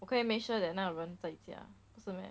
就会 make sure that 那个人不在在家不是 meh